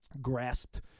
grasped